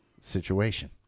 situation